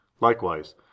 Likewise